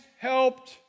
helped